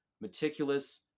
meticulous